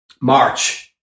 March